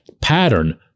pattern